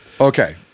Okay